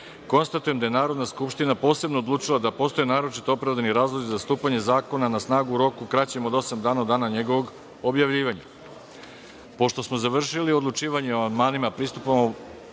poslanika. Konstatujem da je Narodna skupština posebno odlučila da postoje naročito opravdani razlozi za stupanje zakona na snagu u roku kraćem od osma dana od dana njegovog objavljivanja. Pošto smo završili odlučivanje po amandmanima pristupamo